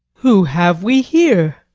who have we here?